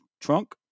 trunk